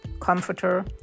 comforter